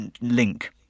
link